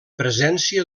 presència